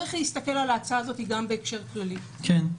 צריך להסתכל על ההצעה הזאת גם בהקשר כללי ובמכלול